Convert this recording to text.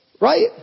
Right